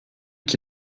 qui